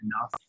enough